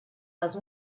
les